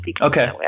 Okay